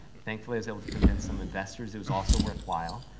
thankfully i was able to convince some investors it was also worthwhile.